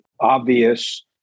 obvious